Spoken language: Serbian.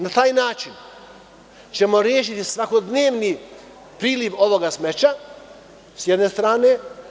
Na taj način ćemo rešiti svakodnevni priliv ovog smeća, s jedne strane.